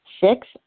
Six